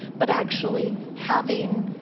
but actually having